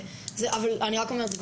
אני רק אומר,